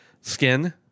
skin